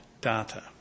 data